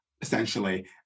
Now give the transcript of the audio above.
essentially